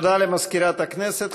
תודה למזכירת הכנסת.